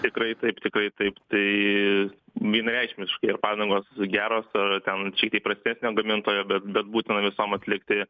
tikrai taip tikrai taip tai vienareikšmiškai ar padangos geros ar ten šiek tiek prastesnio gamintojo bet bet būtina visom atlikti